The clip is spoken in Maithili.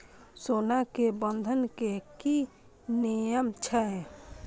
सोना के बंधन के कि नियम छै?